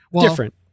different